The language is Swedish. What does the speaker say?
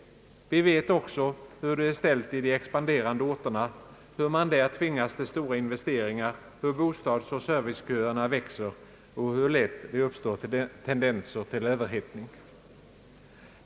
Vi vet också hur det är ställt i de expanderande orterna, hur man där tvingas till stora investeringar, hur bostadsoch serviceköerna växer och hur lätt det uppstår tendenser till överhettning.